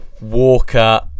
Walker